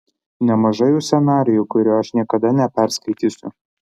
nemažai už scenarijų kurio aš niekada neperskaitysiu